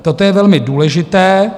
Toto je velmi důležité.